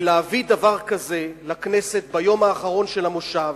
ולהביא דבר כזה לכנסת ביום האחרון של המושב,